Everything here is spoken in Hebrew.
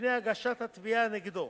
לפני הגשת תביעה נגדו.